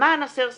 למען הסר ספק,